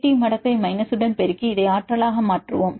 D மடக்கை மைனஸுடன் பெருக்கி இதை ஆற்றலாக மாற்றுவோம்